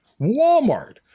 Walmart